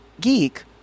geek